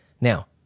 Now